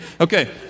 okay